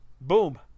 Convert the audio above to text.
Boom